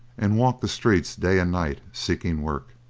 and walked the streets day and night, seeking work.